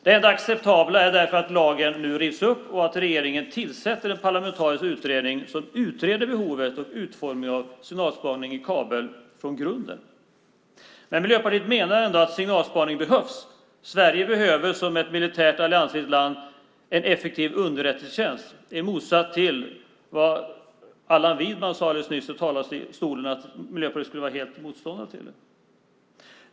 Det enda acceptabla är därför att lagen nu rivs upp och att regeringen tillsätter en parlamentarisk utredning som utreder behovet och utformningen av signalspaning i kabel från grunden. Miljöpartiet menar ändå att signalspaning behövs. Sverige behöver som ett militärt alliansfritt land en effektiv underrättelsetjänst. Detta står i motsats till vad Allan Widman sade i talarstolen nyss, att Miljöpartiet skulle vara helt motståndare till det.